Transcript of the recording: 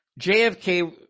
JFK